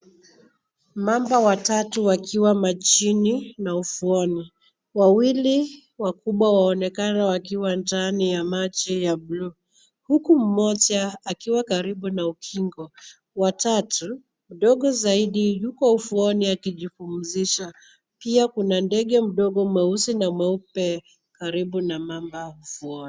Mamba watatu wakiwa majini na ufuoni. Wawili wakubwa waonekana wakiwa ndani ya maji ya bluu huku mmoja akiwa karibu na ukingo , watatu mdogo zaidi yuko ufuoni akijipumzisha . Pia kuna ndege mweusi na mweupe karibu na mamba ufuoni.